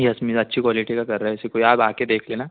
yes miss अच्छी quality का कर रहा है ऐसी कोई आप आ कर देख लेना